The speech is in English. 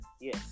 Yes